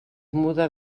muda